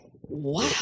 wow